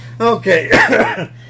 Okay